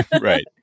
right